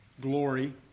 glory